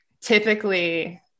Typically